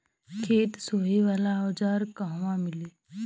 खेत सोहे वाला औज़ार कहवा मिली?